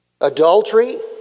adultery